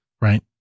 right